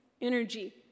energy